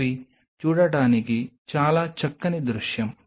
అవి చూడటానికి చాలా చక్కని దృశ్యం